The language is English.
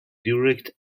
direct